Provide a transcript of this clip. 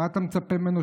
מה אתה מצפה ממנו,